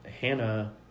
Hannah